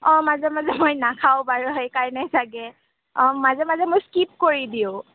অঁ মাজে মাজে মই নাখাওঁ বাৰু সেইকাৰণে চাগে অঁ মাজে মাজে মই স্কিপ কৰি দিওঁ